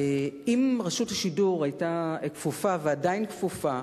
אם רשות השידור היתה כפופה, ועדיין כפופה,